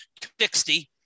60